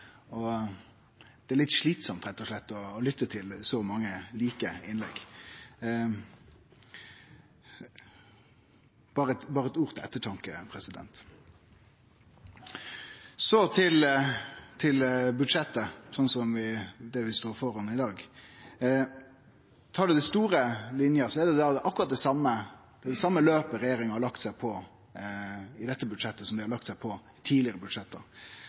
og det er litt slitsamt, rett og slett, å lytte til så mange like innlegg – berre eit ord til ettertanke. Så til budsjettet vi står framfor i dag. Tar ein dei store linjene, er det akkurat det same løpet regjeringa har lagt seg på i dette budsjettet, som dei har lagt seg på i tidlegare